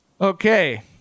Okay